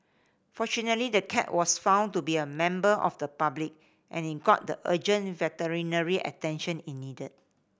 fortunately the cat was found to be a member of the public and it got the urgent veterinary attention it needed